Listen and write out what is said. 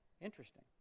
Interesting